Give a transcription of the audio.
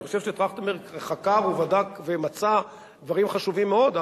אני חושב שטרכטנברג חקר ובדק ומצא דברים חשובים מאוד.